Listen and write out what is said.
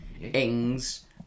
Ings